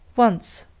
once,